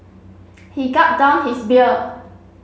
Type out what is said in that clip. he gulped down his beer